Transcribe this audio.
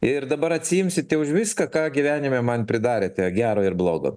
ir dabar atsiimsite už viską ką gyvenime man pridarėte gero ir blogo